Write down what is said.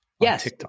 Yes